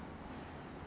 你有听过 Ezbuy mah